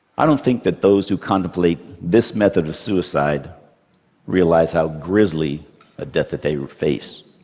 i don't think that those who contemplate this method of suicide realize how grisly a death that they will face.